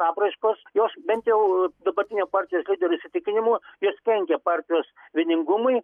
apraiškos jos bent jau dabartinio partijos lyderio įsitikinimu jos kenkia partijos vieningumui